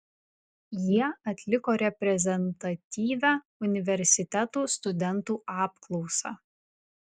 jie atliko reprezentatyvią universitetų studentų apklausą